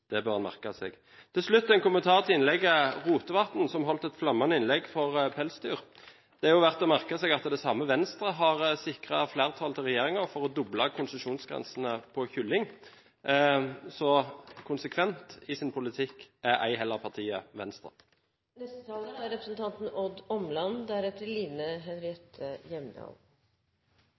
det bør man merke seg. Til slutt en kommentar til innlegget fra representanten Rotevatn, som holdt et flammende innlegg for pelsdyr. Det er verdt å merke seg at det samme Venstre har sikret flertall med regjeringen for å doble konsesjonsgrensene på kylling – så konsekvent i sin politikk er ei heller partiet Venstre.